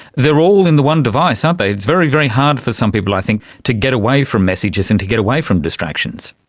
they are all in the one device aren't they. it's very, very hard for some people i think to get away from messages and to get away from distractions.